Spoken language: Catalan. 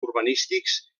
urbanístics